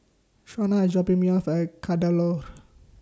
Shena IS dropping Me off At Kadaloor